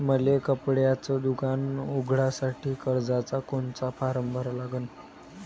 मले कपड्याच दुकान उघडासाठी कर्जाचा कोनचा फारम भरा लागन?